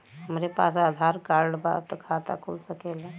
हमरे पास बस आधार कार्ड बा त खाता खुल सकेला?